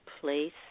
place